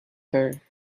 her